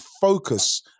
focus